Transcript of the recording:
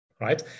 right